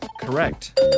Correct